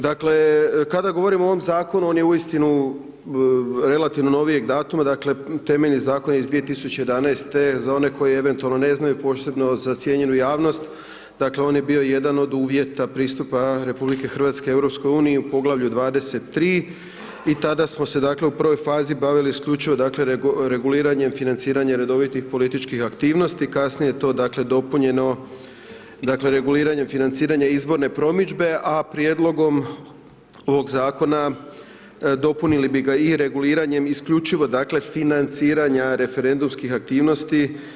Dakle, kada govorimo o ovom Zakonu, on je uistinu relativno novijeg datuma, dakle, temeljni Zakon je iz 2011.-te, za one koji eventualno ne znaju, posebno za cijenjenu javnost, dakle, on je bio jedan od uvjeta pristupa RH EU u poglavlju 23 i tada smo se, dakle, u prvoj fazi bavili isključivo, dakle, reguliranjem financiranja redovitih političkih aktivnosti, kasnije je to, dakle, dopunjeno, dakle, reguliranjem financiranja izborne promidžbe, a prijedlogom ovog Zakona dopunili bi ga i reguliranjem, isključivo, dakle, financiranja referendumskih aktivnosti.